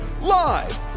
Live